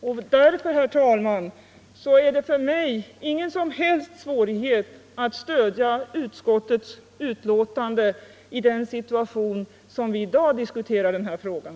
Med de utgångspunkter, från vilka denna fråga i dag diskuteras, är det därför, herr talman, inga som helst svårigheter för mig att stödja utskottets hemställan.